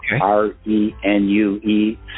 R-E-N-U-E